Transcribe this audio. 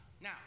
Now